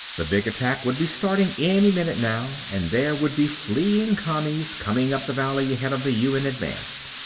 the big attack would be starting any minute, now, and there would be fleeing commies coming up the valley ahead of the un advance.